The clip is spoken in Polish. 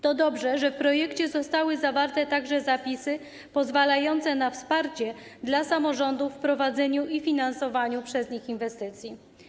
To dobrze, że w projekcie zostały zawarte także zapisy pozwalające na wsparcie dla samorządów w prowadzeniu i finansowaniu przez nie inwestycji.